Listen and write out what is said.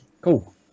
cool